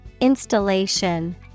Installation